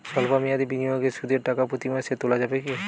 সল্প মেয়াদি বিনিয়োগে সুদের টাকা প্রতি মাসে তোলা যাবে কি?